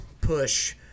push